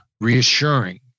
reassuring